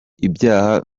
ibyaha